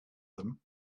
them